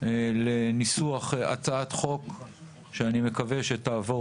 לניסוח הצעת חוק שאני מקווה שתעבור